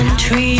tree